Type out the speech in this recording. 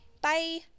Bye